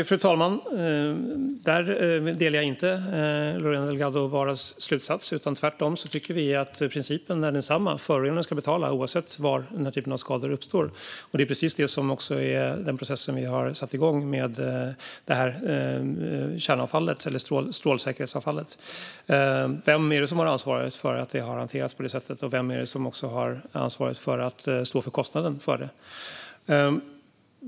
Fru talman! Där delar jag inte Lorena Delgado Varas slutsats. Vi tycker tvärtom att principen är densamma: Förorenaren ska betala, oavsett var denna typ av skador uppstår. Det är också precis den processen vi har satt igång med strålsäkerhetsavfallet. Vem har ansvaret för att det har hanterats på det sättet, och vem har ansvaret för att stå för kostnaden för det?